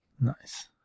Nice